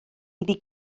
iddi